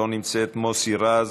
לא נמצאת, חבר הכנסת מוסי רז,